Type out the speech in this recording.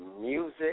music